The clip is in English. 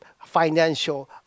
financial